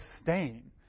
stain